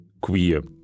Queer